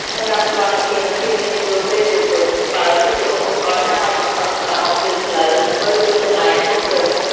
សម្រាប់សុវត្ថិភាព និងភាពងាយស្រួលពេលយប់វិញ ពិល គឺជាឧបករណ៍ចាំបាច់បំផុតសម្រាប់បំភ្លឺផ្លូវ និងមើលទីកន្លែងជុំវិញ។